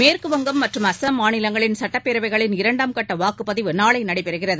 மேற்கு வங்கம் மற்றும் அஸ்ஸாம் மாநிலங்களின் சுட்டப்பேரவைகளின் இரண்டாம் கட்ட வாக்குப்பதிவு நாளை நடைபெறுகிறது